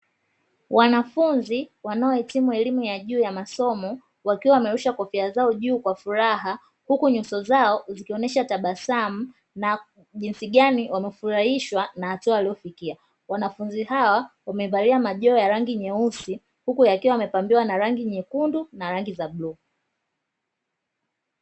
Wanafunzi wanaohitimu elimu ya juu ya masomo wakiwa wamerusha kofia zao juu kwa furaha huku nyuso zao zikionesha tabasamu na jinsi gani wamefurahishwa na hatua waliofikia, wanafunzi hawa wamevalia maziwa ya rangi nyeusi huku yakiwa yamepambiwa na rangi nyekundu na rangi za bluu.